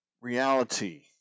reality